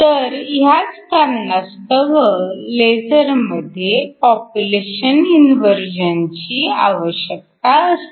तर ह्याच कारणास्तव लेझरमध्ये पॉप्युलेशन इन्व्हर्जनची आवश्यकता असते